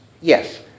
Yes